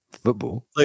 Football